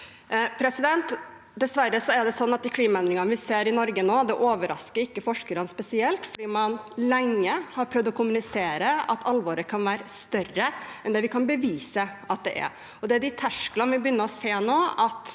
her i går. Dessverre er det sånn at de klimaendringene vi ser i Norge nå, ikke overrasker forskerne spesielt fordi man lenge har prøvd å kommunisere at alvoret kan være større enn vi kan bevise at det er. Det er de tersklene vi begynner å se nå,